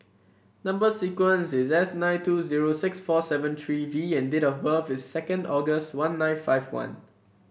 number sequence is S nine two zero six four seven three V and date of birth is second August one nine five one